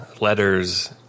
Letters